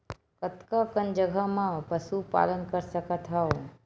कतका कन जगह म पशु पालन कर सकत हव?